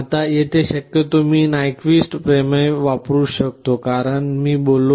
आता येथे शक्यतो मी नायक्वीस्त प्रमेय वापरू शकतो कारण मी बोललो